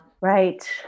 Right